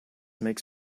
makes